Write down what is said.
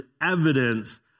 evidence